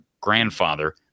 grandfather